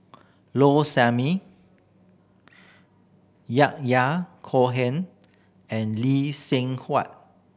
Low Sanmay Yahya Cohen and Lee Seng Huat